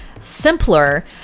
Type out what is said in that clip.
Simpler